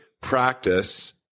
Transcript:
practice